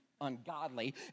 Ungodly